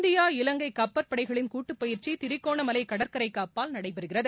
India Ilangai கப்பற் படைகளின் கூட்டு பயிற்சி திரிகோணமலை கடற்கரைக்கு அப்பால் நடைபெறுகிறது